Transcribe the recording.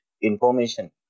information